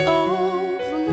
over